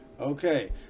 Okay